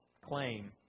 claim